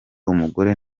umugore